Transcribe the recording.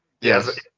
Yes